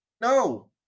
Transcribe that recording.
No